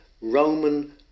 Roman